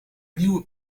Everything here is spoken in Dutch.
nieuwe